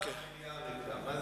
מליאה ריקה.